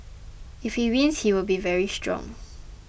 if he wins he will be very strong